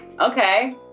Okay